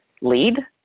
lead